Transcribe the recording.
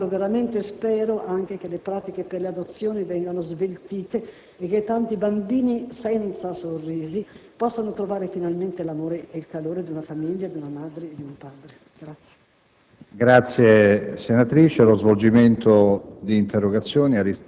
spero sia vero - gli orfanotrofi in Italia entro dicembre. Me lo auguro veramente e spero anche che le pratiche per le adozioni vengano sveltite e che tanti bambini senza sorrisi possano trovare finalmente l'amore e il calore di una famiglia, di una madre e di un padre.